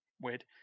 weird